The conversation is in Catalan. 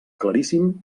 claríssim